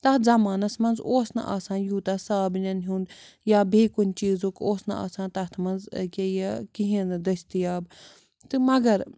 تَتھ زمانَس منٛز اوس نہٕ آسان یوٗتاہ صابنٮ۪ن ہُنٛد یا بیٚیہِ کُنہِ چیٖزُک اوس نہٕ آسان تَتھ منٛز ییٚکیٛاہ یہِ کِہیٖنۍ نہٕ دٔستِیاب تہٕ مگر